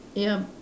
yup